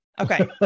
Okay